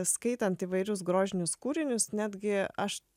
skaitant įvairius grožinius kūrinius netgi aš